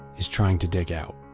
is trying to dig out.